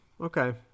okay